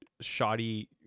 shoddy